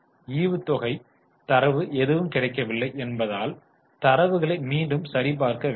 ஈவுத்தொகை தரவு எதுவும் கிடைக்கவில்லை என்பதால் தரவுகளை மீண்டும் சரி பார்க்க வேண்டும்